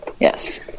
Yes